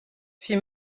fit